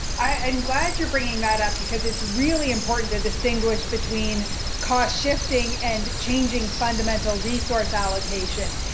i'm glad you're bringing that up, because it's really important to distinguish between cost shifting and changing fundamental resource allocation.